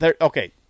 Okay